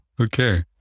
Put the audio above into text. Okay